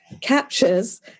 captures